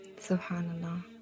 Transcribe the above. subhanallah